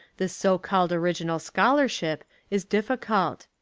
this so-called original scholarship is difficult.